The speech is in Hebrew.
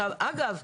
אגב,